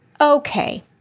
Okay